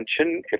attention